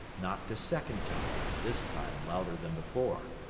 knocked a second time, this time louder than before.